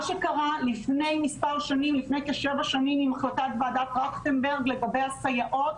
מה שקרה לפני כשבע שנים עם החלטת ועדת טרכטנברג לגבי הסייעות,